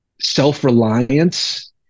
self-reliance